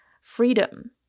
freedom